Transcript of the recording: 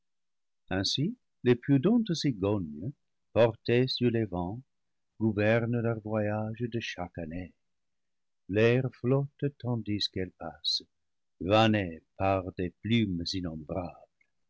ainsi les pru dentes cigognes portées sur les vents gouvernent leur voyage de chaque année l'air flotte tandis qu'elles passent vanné par des plumes innombrables